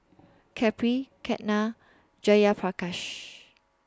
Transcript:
Kapil Ketna and Jayaprakash